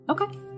Okay